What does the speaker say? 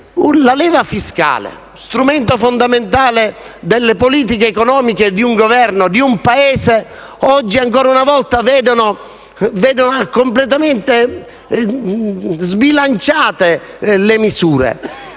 la leva fiscale, strumento fondamentale delle politiche economiche di un Governo e di un Paese, oggi ancora una volta vede completamente sbilanciate le misure.